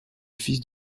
fils